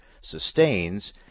sustains